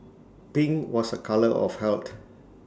pink was A colour of health